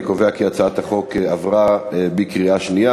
אני קובע כי הצעת החוק עברה בקריאה שנייה.